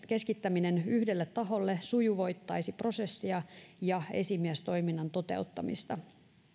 keskittäminen yhdelle taholle sujuvoittaisi prosessia ja esimiestoiminnan toteuttamista